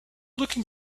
looking